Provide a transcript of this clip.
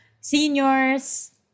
seniors